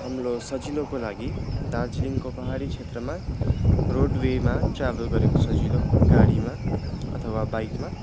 हाम्रो सजिलोको लागि दार्जिलिङको पाहाडी क्षेत्रमा रोडवेमा ट्राभल गरेको सजिलो गाडीमा अथवा बाइकमा